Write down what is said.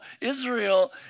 Israel